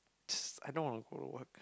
s~ I long ago what